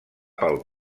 pel